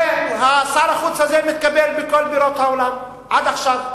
ושר החוץ הזה מתקבל בכל בירות העולם עד עכשיו,